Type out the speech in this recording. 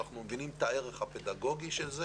אנחנו מבינים את הערך הפדגוגי של זה